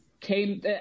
came